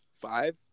five